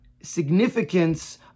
significance